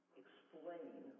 explain